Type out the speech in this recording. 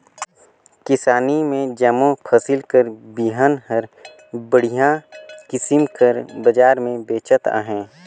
किसानी में जम्मो फसिल कर बीहन हर बड़िहा किसिम कर बजार में बेंचात अहे